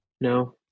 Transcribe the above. no